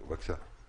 בבקשה.